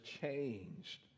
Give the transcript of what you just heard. changed